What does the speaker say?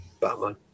Batman